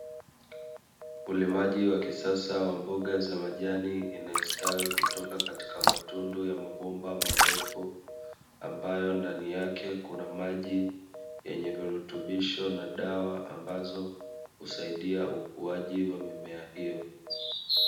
Ulimaji wa kisasa wa mboga za majani, inayostawi kutoka katika matundu ya mabomba marefu, ambayo ndani yake kuna maji yenye virutubisho na dawa ambazo husaidia ukuaji wa mimea hiyo.